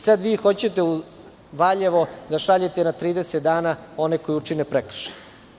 Sada vi hoćete u Valjevo da šaljete na 30 dana one koji učine prekršaj.